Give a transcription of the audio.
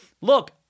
Look